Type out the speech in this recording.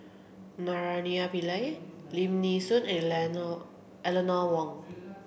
Naraina Pillai Lim Nee Soon and Eleanor Wong